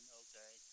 okay